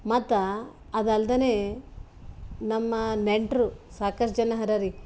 ಮತ್ತು ಅದು ಅಲ್ದೆ ನಮ್ಮ ನೆಂಟ್ರು ಸಾಕಷ್ಟು ಜನ ಹರರಿ